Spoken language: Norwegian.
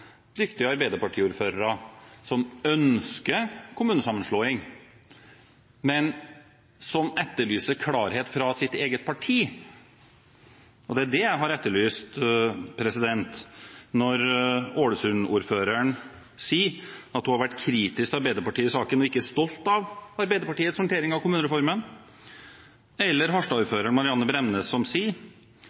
dyktige arbeiderpartiordførere som ønsker kommunesammenslåing, men som etterlyser klarhet fra sitt eget parti. Det er det jeg har etterlyst når Ålesund-ordføreren sier at hun har vært kritisk til Arbeiderpartiet i saken – ikke stolt av Arbeiderpartiets håndtering av kommunereformen – eller når Harstad-ordføreren Marianne Bremnes sier: